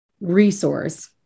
resource